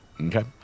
Okay